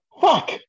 Fuck